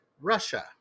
Russia